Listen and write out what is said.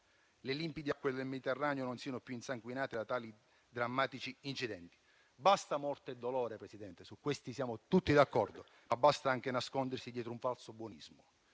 le limpide acque del Mediterraneo non siano più insanguinate da tali drammatici incidenti. Basta morte e dolore, signor Presidente, su questo siamo tutti d'accordo, ma basta anche nascondersi dietro un falso buonismo.